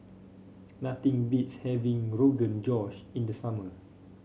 nothing beats having Rogan Josh in the summer